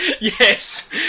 Yes